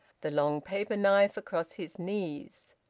the long paper-knife across his knees.